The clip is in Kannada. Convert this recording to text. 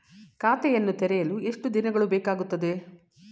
ಖಾತೆಯನ್ನು ತೆರೆಯಲು ಎಷ್ಟು ದಿನಗಳು ಬೇಕಾಗುತ್ತದೆ?